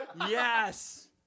Yes